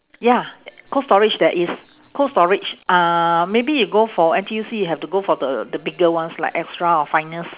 ya cold storage there is cold storage uh maybe you go for N_T_U_C you have to go for the the bigger ones like extra or finest